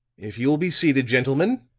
if you will be seated, gentlemen,